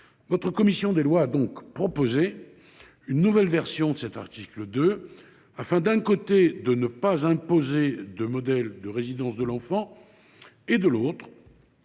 Votre commission des lois a donc proposé une nouvelle version de cet article 2 afin, d’un côté, de ne pas imposer de modèle de résidence de l’enfant et, de l’autre,